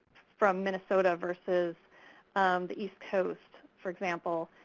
from minnesota versus the east coast, for example.